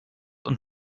und